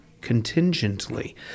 contingently